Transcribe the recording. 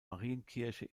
marienkirche